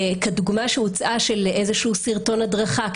כדוגמה שהוצעה של איזשהו סרטון הדרכה,